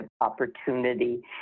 opportunity